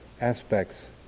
aspects